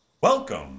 Welcome